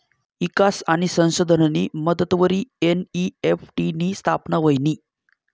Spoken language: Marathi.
ईकास आणि संशोधननी मदतवरी एन.ई.एफ.टी नी स्थापना व्हयनी